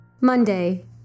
Monday